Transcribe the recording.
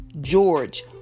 George